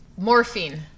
morphine